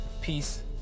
Peace